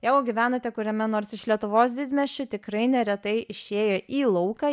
jeigu gyvenate kuriame nors iš lietuvos didmiesčių tikrai neretai išėję į lauką